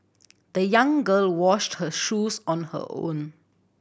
the young girl washed her shoes on her own